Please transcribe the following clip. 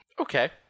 Okay